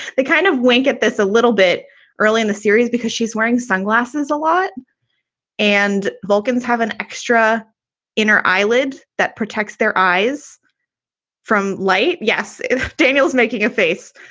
the kind of wink at this a little bit early in the series because she's wearing sunglasses a lot and vulcans have an extra in her eyelid that protects their eyes from light. yes. daniel's making a face.